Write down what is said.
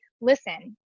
listen